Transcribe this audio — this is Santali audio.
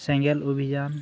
ᱥᱮᱸᱜᱮᱞ ᱚᱵᱷᱤᱡᱟᱱ